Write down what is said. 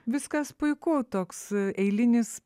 viskas puiku toks eilinis